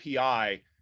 api